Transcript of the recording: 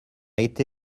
été